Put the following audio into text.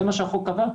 זה מה שהחוק קבע.